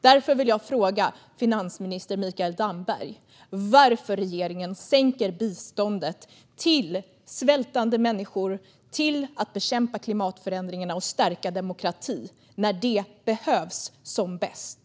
Därför vill jag fråga finansminister Mikael Damberg varför regeringen sänker biståndet till svältande människor och biståndet för att bekämpa klimatförändringarna och stärka demokratin när det behövs som bäst.